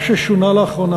מה ששונה לאחרונה,